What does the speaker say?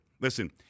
Listen